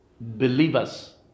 believers